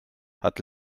hat